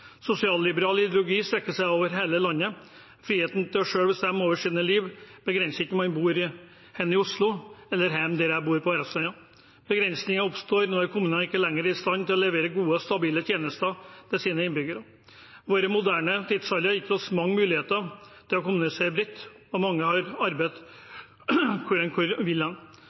Sosialliberal ideologi strekker seg over hele landet. Friheten til selv å bestemme over eget liv begrenses ikke av om man bor her i Oslo eller hjemme der jeg bor, på Verrastranda. Begrensningene oppstår når kommunene ikke lenger er i stand til å levere gode og stabile tjenester til sine innbyggere. Vår moderne tidsalder har gitt oss mange muligheter til å kommunisere bredt, og mange kan arbeide der de vil.